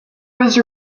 was